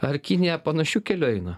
ar kinija panašiu keliu eina